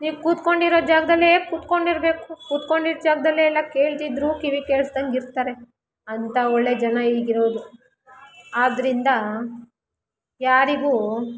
ನೀವು ಕುತ್ಕೊಂಡಿರೋ ಜಾಗದಲ್ಲೇ ಕೂತ್ಕೊಂಡಿರ್ಬೇಕು ಕೂತ್ಕೊಂಡಿದ್ದ ಜಾಗದಲ್ಲೇ ಎಲ್ಲ ಕೇಳ್ತಿದ್ದರು ಕಿವಿ ಕೇಳಿಸ್ದಂಗೆ ಇರ್ತಾರೆ ಅಂಥ ಒಳ್ಳೆ ಜನ ಈಗಿರೋದು ಆದ್ದರಂದ ಯಾರಿಗೂ